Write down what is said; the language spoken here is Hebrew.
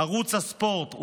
ערוץ הספורט,